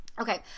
Okay